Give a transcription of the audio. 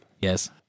yes